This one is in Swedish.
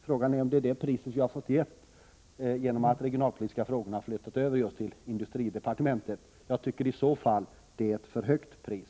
Frågan är om det är priset för att de regionalpolitiska frågorna har flyttats över till industridepartementet. I så fall tycker jag att det är ett för högt pris!